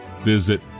visit